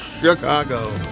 Chicago